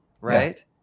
Right